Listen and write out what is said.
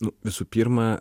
nu visu pirma